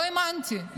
לא האמנתי.